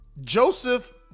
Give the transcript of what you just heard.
Joseph